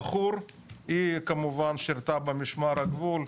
היא כמובן שירתה במשמר הגבול,